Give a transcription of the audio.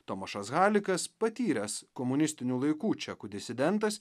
tomašas halikas patyręs komunistinių laikų čekų disidentas